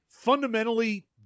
fundamentally